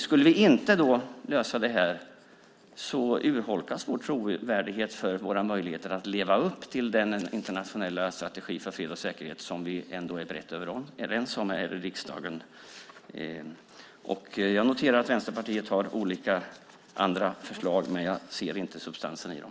Skulle vi inte lösa det här urholkas vår trovärdigt när det gäller våra möjligheter att leva upp till den internationella strategi för fred och säkerhet som vi ändå är brett överens om här i riksdagen. Jag noterar att Vänsterpartiet har olika andra förslag, men jag ser inte substansen i dem.